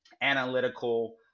analytical